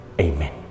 Amen